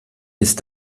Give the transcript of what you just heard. ist